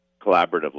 Collaboratively